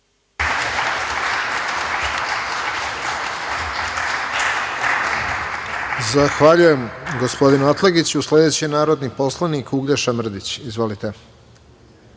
Zahvaljujem, gospodine Atlagiću. Sledeći je narodni poslanik Uglješa Mrdić. Izvolite.